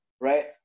right